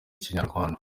ikinyarwanda